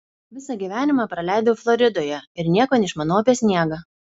visą gyvenimą praleidau floridoje ir nieko neišmanau apie sniegą